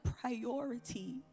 priority